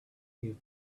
you